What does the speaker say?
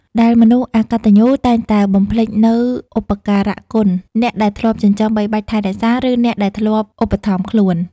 ដែលមនុស្សអកត្តញ្ញូតែងតែបំភ្លេចនូវឧបការគុណអ្នកដែលធ្លាប់ចិញ្ចឹមបីបាច់ថែរក្សា ឬអ្នកដែលធ្លាប់ឧបត្ថម្ភខ្លួន។